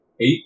Eight